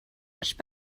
much